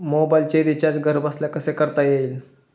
मोबाइलचे रिचार्ज घरबसल्या कसे करता येईल?